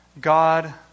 God